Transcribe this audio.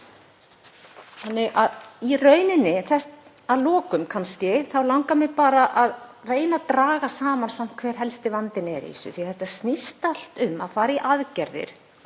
tíma að blöndun. Að lokum kannski langar mig bara að reyna að draga saman samt hver helsti vandinn er í þessu því að þetta snýst allt um að fara í aðgerðir